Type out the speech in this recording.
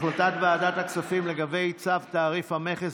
החלטת ועדת הכספים לגבי צו תעריף המכס